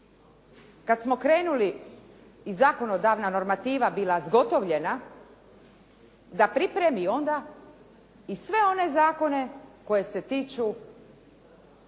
kada smo krenuli i zakonodavna normativa bila zgotovljena, da pripremi onda i sve one zakone koji se tiču